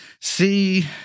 See